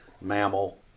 mammal